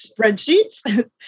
spreadsheets